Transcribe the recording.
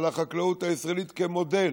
על החקלאות הישראלית כמודל.